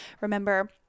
remember